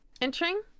entering